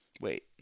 Wait